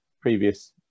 previous